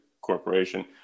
Corporation